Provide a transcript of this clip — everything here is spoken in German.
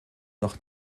noch